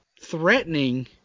threatening